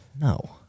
No